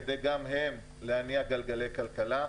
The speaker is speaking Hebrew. כדי שגם הם יוכלו להניע את גלגלי הכלכלה.